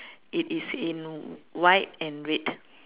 it is in white and red